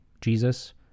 Jesus